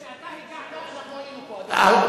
כשאתה הגעת אנחנו היינו פה, אדוני.